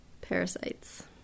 Parasites